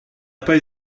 pas